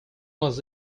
was